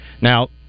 Now